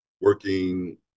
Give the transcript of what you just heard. working